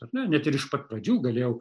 ar ne net ir iš pat pradžių galėjau